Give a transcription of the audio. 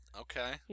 Okay